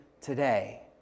today